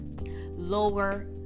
lower